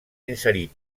inserir